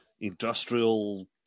industrial